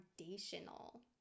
foundational